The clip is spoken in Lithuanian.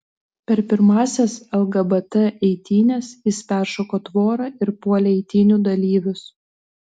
per pirmąsias lgbt eitynes jis peršoko tvorą ir puolė eitynių dalyvius